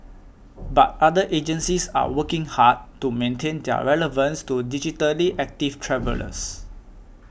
but other agencies are working hard to maintain their relevance to digitally active travellers